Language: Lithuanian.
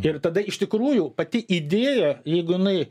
ir tada iš tikrųjų pati idėja jeigu jinai